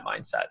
mindset